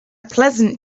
pleasant